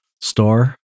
store